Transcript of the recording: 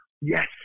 yes